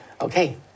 Okay